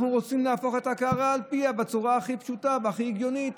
אנחנו רוצים להפוך את הקערה על פיה בצורה הכי פשוטה והכי הגיונית,